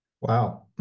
Wow